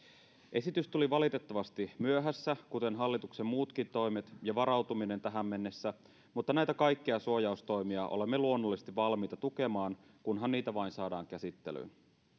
esitys tuli valitettavasti myöhässä kuten hallituksen muutkin toimet ja varautuminen tähän mennessä mutta näitä kaikkia suojaustoimia olemme luonnollisesti valmiita tukemaan kunhan niitä vain saadaan käsittelyyn